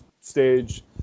stage